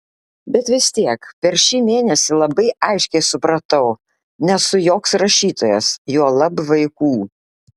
bet vis tiek per šį mėnesį labai aiškiai supratau nesu joks rašytojas juolab vaikų